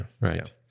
Right